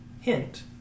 hint